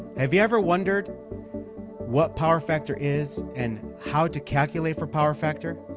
have you ever wondered what power factor is and how to calculate for power factor?